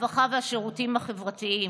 הרווחה והשירותים החברתיים.